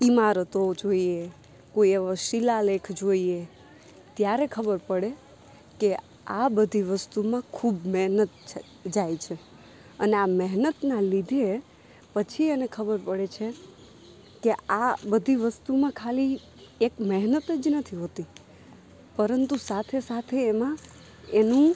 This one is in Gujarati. ઇમારતો જોઈએ કોઈ એવો શીલાલેખ જોઈએ ત્યારે ખબર પડે કે આ બધી વસ્તુમાં ખૂબ મહેનત છે જાય છે અને આ મહેનતના લીધે પછી એને ખબર પડે છે કે આ બધી વસ્તુમાં ખાલી એક મહેનત જ નથી હોતી પરંતુ સાથે સાથે એમાં એનું